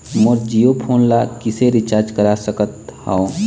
मोर Jio phone ला किसे recharge करा सकत हवं?